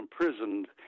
imprisoned